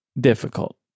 difficult